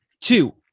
two